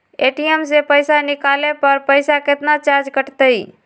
ATM से पईसा निकाले पर पईसा केतना चार्ज कटतई?